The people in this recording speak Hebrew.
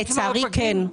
כן.